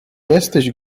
jesteś